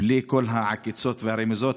בלי כל העקיצות והרמיזות,